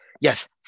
Yes